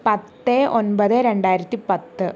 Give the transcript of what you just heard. പത്ത് ഒമ്പത് രണ്ടായിരത്തിപ്പത്ത്